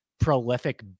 prolific